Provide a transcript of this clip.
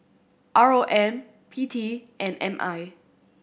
R O M P T and M I